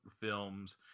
films